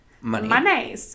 money